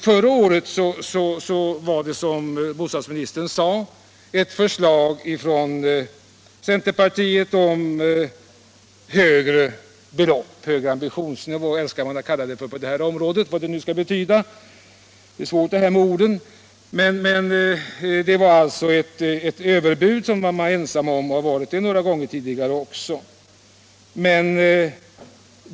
Förra året föreslog centerpartiet, som bostadsministern sade, ett högre belopp — ”en högre ambitionsnivå”, som man älskar att kalla det på det här området, vad det nu kan betyda; det här med ord är svårt. Det var ett överbud som man var ensam om förra året liksom några gånger tidigare.